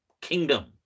kingdom